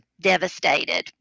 devastated